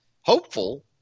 hopeful